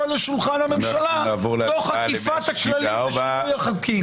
לשולחן הממשלה תוך עקיפת הכללים ושינוי החוקים.